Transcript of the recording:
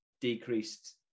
decreased